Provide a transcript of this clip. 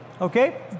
Okay